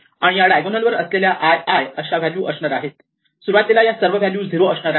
आणि या डायगोनल वर असलेल्या i i अशा व्हॅल्यू असणार आहेत सुरुवातीला या सर्व व्हॅल्यू झिरो असणार आहेत